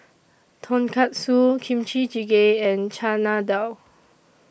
Tonkatsu Kimchi Jjigae and Chana Dal